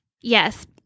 Yes